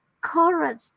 Courage